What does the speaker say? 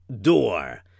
Door